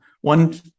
one